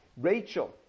Rachel